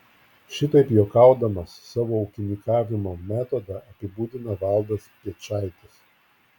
šitaip juokaudamas savo ūkininkavimo metodą apibūdina valdas piečaitis